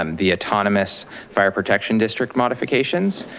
um the autonomous fire protection district modifications,